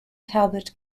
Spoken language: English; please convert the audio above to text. talbot